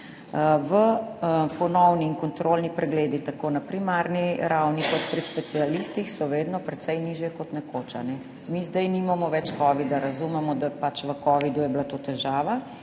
ponovni in kontrolni pregledi tako na primarni ravni kot pri specialistih so vedno precej nižje kot nekoč. Mi zdaj nimamo več covida, razumemo, da je bila v času covida to težava,